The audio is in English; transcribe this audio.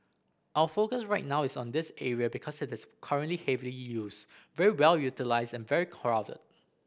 our focus right now is on this area because it is currently heavily used very well utilised and very crowded